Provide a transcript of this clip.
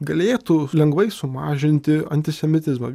galėtų lengvai sumažinti antisemitizmą